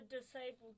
disabled